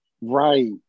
Right